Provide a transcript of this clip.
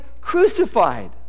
crucified